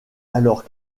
alors